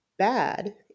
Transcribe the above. bad